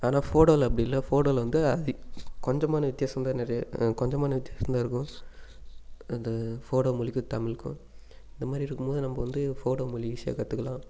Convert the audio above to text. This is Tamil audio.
ஆனா ஃபோடோவில அப்படி இல்லை ஃபோடோவில வந்து கொஞ்சமான வித்தியாசம் தான் நிறைய கொஞ்சமான வித்யாசம் தான் இருக்கும் அந்த போடோ மொழிக்கும் தமிழ்க்கும் இந்த மாதிரி இருக்கும் போது நம் வந்து போடோ மொழி ஈஸியாக கற்றுக்குலாம்